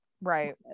Right